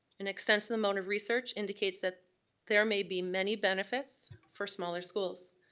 an extensive amount of research indicates that there may be many benefits for smaller schools.